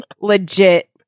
legit